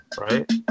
right